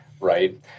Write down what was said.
Right